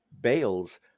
bales